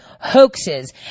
hoaxes